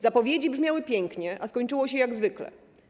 Zapowiedzi brzmiały pięknie, a skończyło się jak zwykle.